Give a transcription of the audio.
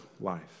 life